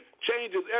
changes